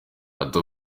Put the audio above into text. ati